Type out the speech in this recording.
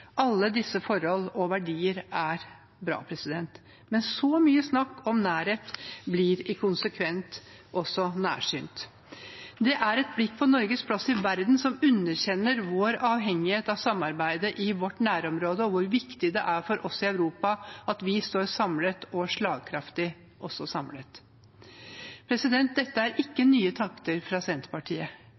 Alle disse forhold og verdier er bra, men så mye snakk om nærhet blir i konsekvens også nærsynt. Det er et blikk på Norges plass i verden som underkjenner vår avhengighet av samarbeidet i vårt nærområde, og hvor viktig det er for oss i Europa at vi står samlet – slagkraftig samlet. Dette er ikke nye takter fra Senterpartiet.